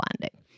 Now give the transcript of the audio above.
landing